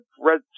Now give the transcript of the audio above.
red